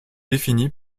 définie